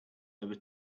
over